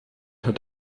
hat